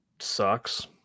Sucks